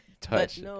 touch